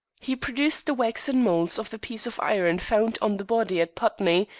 he produced the waxen moulds of the piece of iron found on the body at putney,